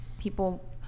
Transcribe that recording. people